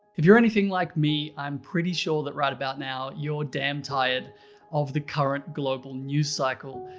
if you're anything like me, i'm pretty sure that right about now, you're damn tired of the current global news cycle.